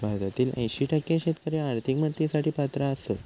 भारतातील ऐंशी टक्के शेतकरी आर्थिक मदतीसाठी पात्र आसत